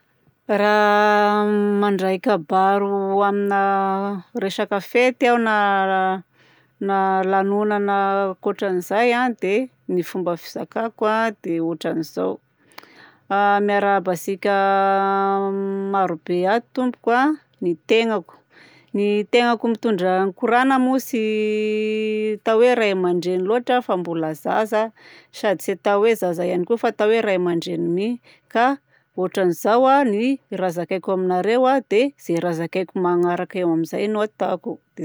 Raha mandray kabaro amina resaka fety aho na amina lanonana ankoatran'izay a, dia ny fomba fizakako dia ôtran'izao: a miarahaba antsika marobe ato tompoko a ny tegnako. Ny tegnako mitondra koragna moa tsy hita hoe ray aman-dreny loatra fa mbola zaza, sady tsy atao hoe zaza ihany koa fa atao hoe ray amn-dreny mi. Ka ôtran'izao a ny raha zakaiko aminareo a dia zay raha zakaiko magnaraka eo amin'izay no ataoko dia zay.